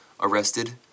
arrested